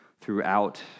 throughout